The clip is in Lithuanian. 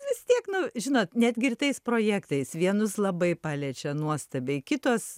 vis tiek nu žinot netgi ir tais projektais vienus labai paliečia nuostabiai kitos